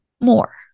more